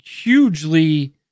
hugely